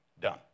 Done